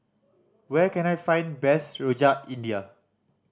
where can I find best Rojak India